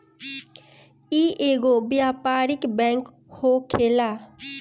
इ एगो व्यापारिक बैंक होखेला